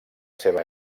seva